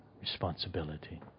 responsibility